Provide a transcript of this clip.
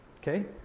Okay